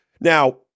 Now